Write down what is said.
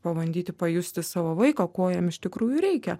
pabandyti pajusti savo vaiką ko jam iš tikrųjų reikia